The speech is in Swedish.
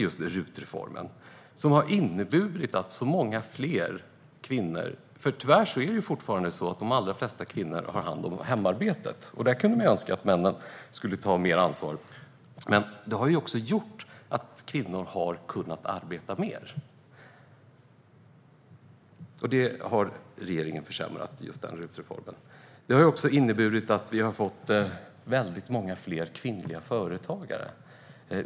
Just RUT-reformen har inneburit att många fler kvinnor har kunnat arbeta mer - tyvärr är det fortfarande så att de allra flesta kvinnor har hand om hemarbetet, och där kunde man ju önska att männen skulle ta mer ansvar - och det har regeringen försämrat i RUT-reformen. Det har också inneburit att vi har fått väldigt många fler kvinnliga företagare.